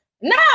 No